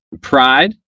pride